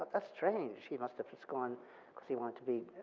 ah strange, he must have just gone because he wanted to be